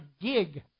gig